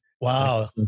Wow